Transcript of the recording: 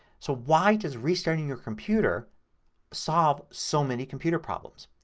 so why does restarting your computer solve so many computer problems?